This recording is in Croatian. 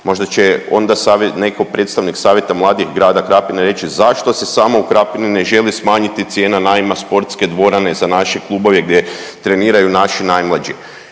neko predstavnik Savjeta mladih grada Krapine reći zašto se samo u Krapini ne želi smanjiti cijena najma sportske dvorane za naše klubove gdje treniraju naši najmlađi.